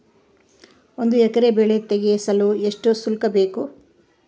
ಒಂದು ಎಕರೆ ಕಳೆ ತೆಗೆಸಲು ಎಷ್ಟು ಶುಲ್ಕ ಬೇಕು?